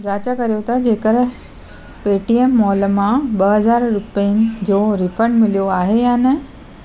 जांच कयो त जेकरे पेटीएम माॅल मां ॿ हज़ार रुपियनि जो रीफंड मिलियो आहे या न